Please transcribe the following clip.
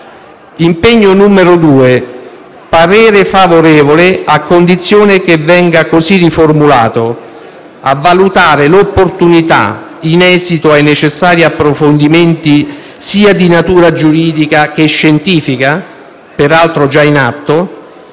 Sull'impegno 2) il parere è favorevole, a condizione che venga così riformulato: «a valutare l'opportunità, in esito ai necessari approfondimenti, sia di natura giuridica che scientifica, peraltro già in atto,